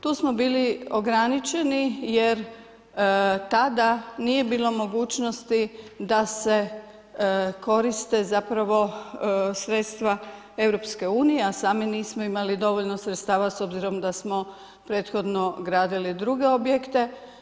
Tu smo bili ograničeni jer tada nije bilo mogućnosti da se koriste zapravo sredstva Europske unije, a sami nismo imali dovoljno sredstava s obzirom da smo prethodno gradili druge objekte.